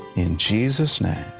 in jesus' name,